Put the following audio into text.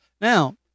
now